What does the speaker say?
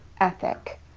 ethic